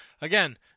again